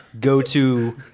go-to